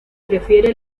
prefiere